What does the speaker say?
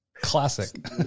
Classic